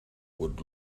would